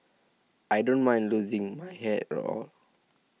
I don't mind losing my hair at all